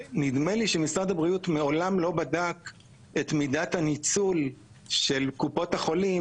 נדמה לי שמשרד הבריאות מעולם לא בדק את מידת הניצול של קופות החולים,